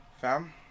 fam